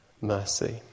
mercy